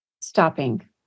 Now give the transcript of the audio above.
stopping